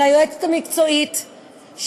ליועצת המקצועית,